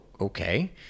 okay